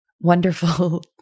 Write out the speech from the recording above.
wonderful